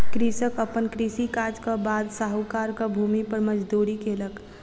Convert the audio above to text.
कृषक अपन कृषि काजक बाद साहूकारक भूमि पर मजदूरी केलक